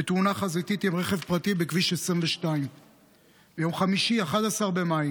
בתאונה חזיתית עם רכב פרטי בכביש 22. ביום חמישי 11 במאי